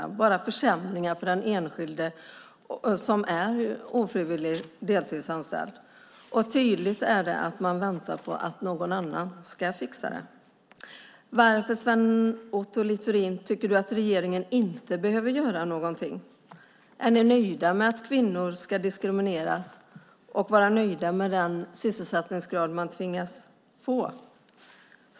Det har bara blivit försämringar för den enskilda som är ofrivilligt deltidsanställd. Tydligt är att man väntar på att någon annan ska fixa det. Varför tycker du, Sven Otto Littorin, att regeringen inte behöver göra någonting? Är ni nöjda med att kvinnor ska diskrimineras och vara nöjda med den sysselsättningsgrad de tvingas ha?